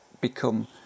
become